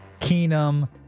Keenum